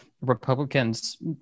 Republicans